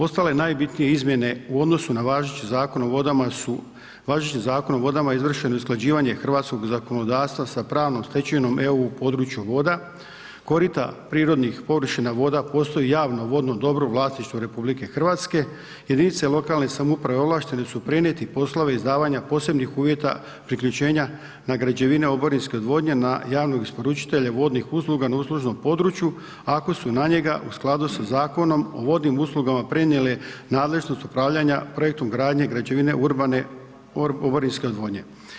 Ostale i najbitnije izmjene u odnosu na Važeći zakon o vodama su važeći Zakon o vodama izvršeno je usklađivanje hrvatskog zakonodavstva sa pravnom stečevinom EU u području voda, korita, prirodnih površina voda postoji javno vodno dobro u vlasništvu RH, jedinice lokalne samouprave ovlaštene su prenijeti poslove izdavanja posebnih uvjeta priključenja na građevine oborinske odvodnje na javnog isporučitelja vodnih usluga na uslužnom području ako su na njega u skladu sa Zakonom o vodnim uslugama prenijele nadležnost upravljanja projektom gradnje, građevine, urbane oborinske odvodnje.